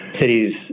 cities